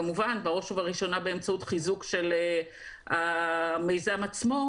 כמובן בראש ובראשונה באמצעות חיזוק של המיזם עצמו,